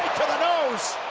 to the nose!